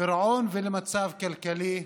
פירעון ולמצב כלכלי,